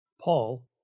Paul